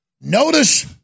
Notice